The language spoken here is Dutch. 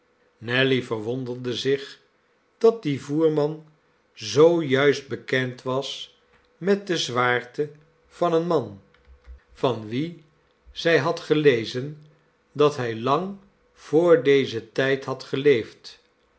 nelly verwonderde zich dat die voerman zoo juist beke nd was met de zwaarte van een man van wien zij had gelezen dat hij lang vr dezen tijd had geleefd